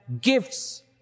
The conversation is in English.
gifts